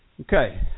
Okay